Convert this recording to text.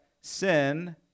sin